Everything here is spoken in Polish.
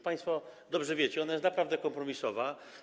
Państwo to dobrze wiecie, ona jest naprawdę kompromisowa.